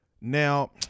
now